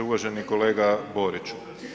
Uvaženi kolega Boriću.